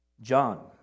John